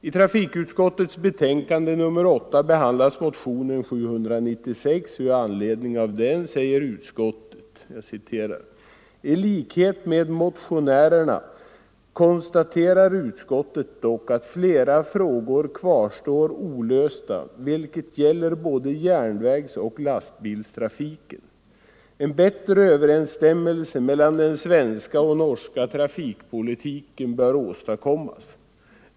I trafikutskottets betänkande nr 8 behandlas motionen 796, och i anledning av den säger utskottet: ”I likhet med motionärerna konstaterar utskottet dock att flera frågor kvarstår olösta, vilket gäller både järnvägsoch lastbilstrafiken. En bättre överensstämmelse mellan den svenska och norska trafikpolitiken bör åstadkommas.